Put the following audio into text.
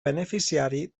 beneficiari